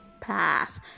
pass